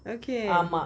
okay